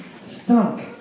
stunk